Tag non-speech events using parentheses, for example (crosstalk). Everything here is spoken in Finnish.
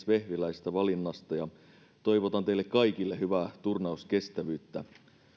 (unintelligible) vehviläistä valinnasta ja toivotan teille kaikille hyvää turnauskestävyyttä